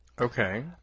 Okay